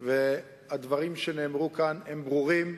והדברים שנאמרו כאן הם ברורים.